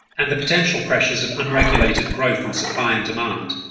and the potential pressures of unregulated growth in supply and demand.